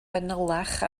fanylach